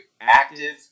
active